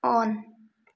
on